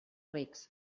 rics